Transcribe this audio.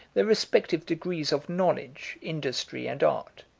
their respective degrees of knowledge, industry, and art,